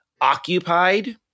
occupied